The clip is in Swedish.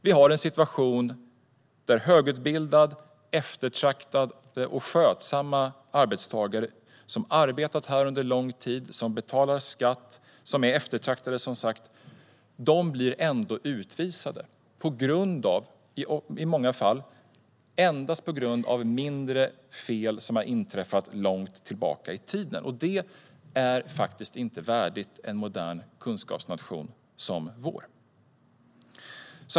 Vi har en situation där högutbildade, eftertraktade och skötsamma arbetstagare som arbetat här under lång tid och betalar skatt ändå blir utvisade, i många fall endast på grund av mindre fel som har inträffat långt tillbaka i tiden. Det är inte värdigt en modern kunskapsnation som vår.